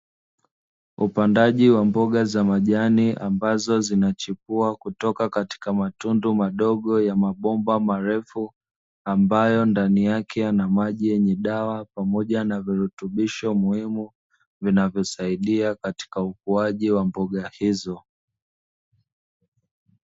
Upandaji wa mboga za majani, ambazo zinachipua kutoka katika matundu madogo ya mabomba marefu, ambayo ndani yake yana maji yenye dawa pamoja na virutubusho muhimu, vinavyosaidia katika ukuaji wa mboga hizo.